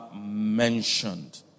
mentioned